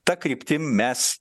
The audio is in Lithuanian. ta kryptim mes